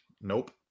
Nope